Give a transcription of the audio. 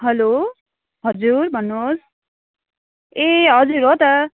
hello हजुर भन्नुहोस् ए हजुर हो त